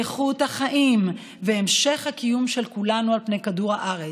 איכות החיים והמשך הקיום של כולנו על פני כדור הארץ.